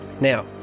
Now